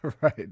Right